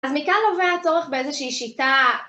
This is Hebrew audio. אז מכאן נובע הצורך באיזושהי שיטה